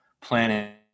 planning